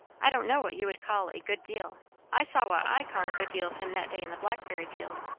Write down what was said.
i don't know what you would call a good deal i saw what i call a good deal of him that day in the blackberry field.